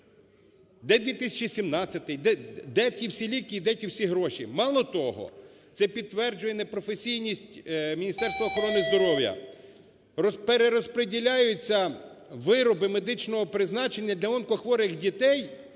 Де 2017-й? Де ті всі ліки і де ті всі гроші? Мало того, це підтверджує непрофесійність Міністерства охорони здоров'я. Перерозприділяються вироби медичного призначення для онкохворих дітей,